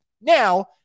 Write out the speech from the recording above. Now